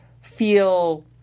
feel